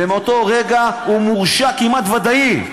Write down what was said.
ומאותו רגע הוא מורשע כמעט ודאי,